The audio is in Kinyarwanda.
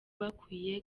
bakwiye